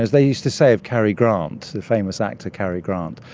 as these to say of cary grant, the famous actor cary grant,